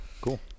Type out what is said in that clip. Cool